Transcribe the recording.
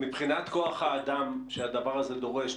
מבחינת כוח האדם שהדבר הזה דורש,